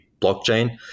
blockchain